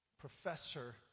professor